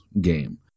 game